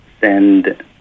send